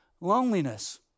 loneliness